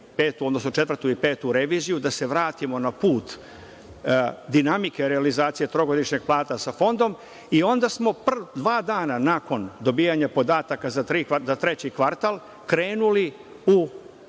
četvrtu i petu reviziju, da se vratimo na put dinamike realizacije trogodišnjeg plana sa fondom i onda smo dva dana nakon dobijanja podataka za treći kvartal krenuli u